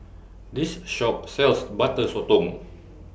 This Shop sells Butter Sotong